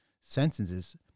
sentences